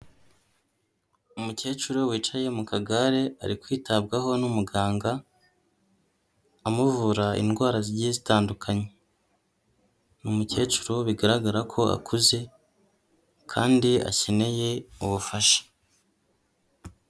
Umukecuru wicaye mu kagare ari kwitabwaho n'umuganga, amuvura indwara zigiye zitandukanye. Ni umukecuru bigaragara ko akuze kandi akeneye ubufasha.